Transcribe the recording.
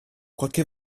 qualche